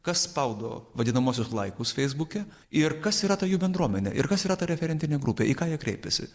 kas spaudo vadinamuosius laikus feisbuke ir kas yra ta jų bendruomenė ir kas yra ta referentinė grupė į ką jie kreipiasi